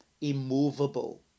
immovable